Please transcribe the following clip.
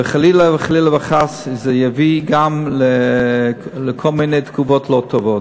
וחלילה וחלילה וחס זה יביא גם לכל מיני תגובות לא טובות.